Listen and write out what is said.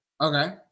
Okay